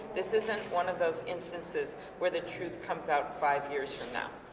this isn't one of those instances where the truth comes out five years from now.